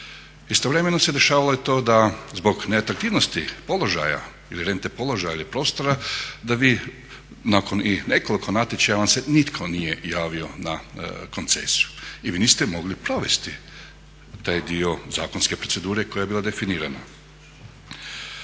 Istovremeno se dešavalo i to da zbog neatraktivnosti položaja ili rente položaja ili prostora da i vi nakon i nekoliko natječaja vam se nitko nije javio na koncesiju ili niste mogli provesti taj dio zakonske procedure koja nije bila definirana.